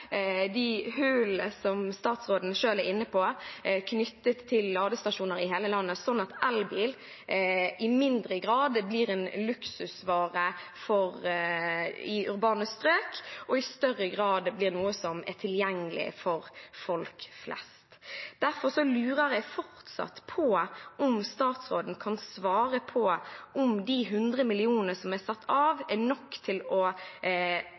de hullene som statsråden selv var inne på, knyttet til ladestasjoner i hele landet, sånn at elbil i mindre grad blir en luksusvare i urbane strøk og i større grad blir noe som er tilgjengelig for folk flest. Derfor lurer jeg fortsatt på om statsråden kan svare på om de 100 mill. kr som er satt av, er nok til å